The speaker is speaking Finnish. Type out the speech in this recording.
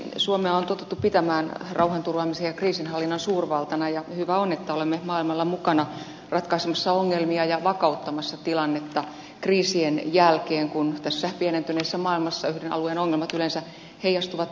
suomea on totuttu pitämään rauhanturvaamisen ja kriisinhallinnan suurvaltana ja hyvä on että olemme maailmalla mukana ratkaisemassa ongelmia ja vakauttamassa tilannetta kriisien jälkeen kun tässä pienentyneessä maailmassa yhden alueen ongelmat yleensä heijastuvat varsin laajalle